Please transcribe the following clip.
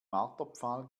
marterpfahl